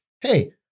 hey